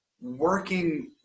working